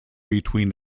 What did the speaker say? between